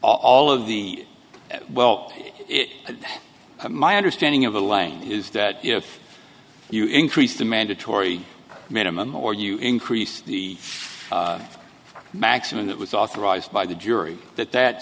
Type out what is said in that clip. all of the well it my understanding of elaine is that if you increase the mandatory minimum or you increase the maximum that was authorized by the jury that that